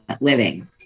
Living